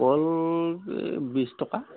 কল বিশ টকা